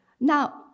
Now